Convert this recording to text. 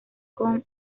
con